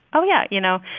oh, yeah, you know,